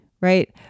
right